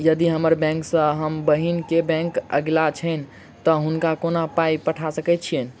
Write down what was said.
यदि हम्मर बैंक सँ हम बहिन केँ बैंक अगिला छैन तऽ हुनका कोना पाई पठा सकैत छीयैन?